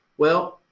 well,